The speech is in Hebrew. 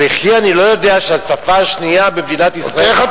וכי אני לא יודע שהשפה השנייה במדינת ישראל היא